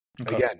Again